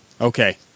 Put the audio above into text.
Okay